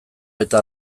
eta